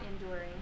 enduring